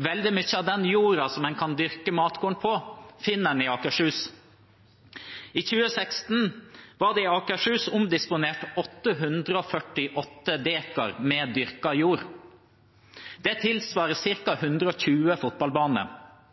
Veldig mye av den jorda som en kan dyrke matkorn på, finner en i Akershus. I 2016 ble det i Akershus omdisponert 848 dekar med dyrket jord. Det tilsvarer ca. 120